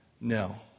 no